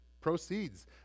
proceeds